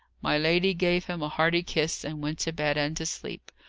my lady gave him a hearty kiss, and went to bed and to sleep.